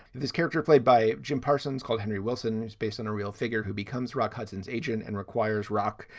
his character, played by jim parsons, called henry wilson, is based on a real figure who becomes rock hudson's agent and requires rock,